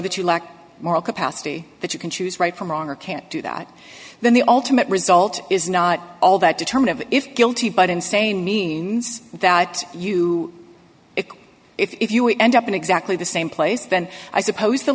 that you lack moral capacity that you can choose right from wrong or can't do that then the ultimate result is not all that determine if guilty but insane means that you if you end up in exactly the same place then i suppose the